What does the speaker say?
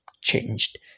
changed